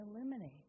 eliminate